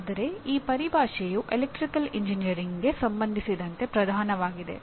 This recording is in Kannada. ಆದರೆ ಈ ಪರಿಭಾಷೆಯು ಎಲೆಕ್ಟ್ರಿಕಲ್ ಎಂಜಿನಿಯರಿಂಗ್ಗೆ ಸಂಬಂಧಿಸಿದಂತೆ ಪ್ರಧಾನವಾಗಿದೆ